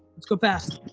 let's go fast.